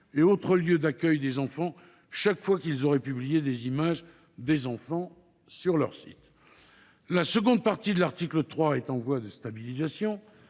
et autres lieux d’accueil des enfants chaque fois qu’ils auraient publié des images des enfants sur leur site. La seconde partie de l’article 3 est en voie de stabilisation.